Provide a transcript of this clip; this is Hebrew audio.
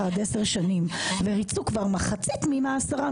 עד 10 שנים וריצו כבר מחצית מתקופת מאסרם,